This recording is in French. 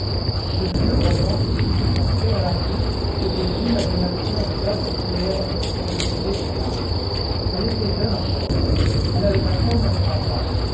de vieux romans qui se sont éraillés sur des imaginations de gargotières ont de ces effets là elle était jeune encore elle avait à peine trente ans